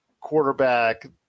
quarterback